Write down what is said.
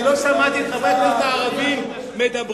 אני לא שמעתי את חברי הכנסת הערבים מדברים.